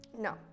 No